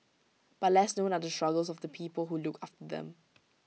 but less known are the struggles of the people who look after them